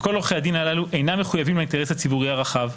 וכל עורכי הדין הללו אינם מחויבים לאינטרס הציבורי הרחב,